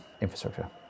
infrastructure